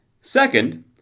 Second